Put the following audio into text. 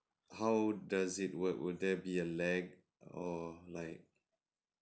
how does it work will there be a lag or like